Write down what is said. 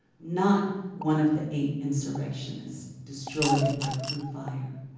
not one of the eight insurrectionists destroyed by crew fire,